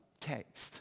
text